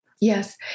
Yes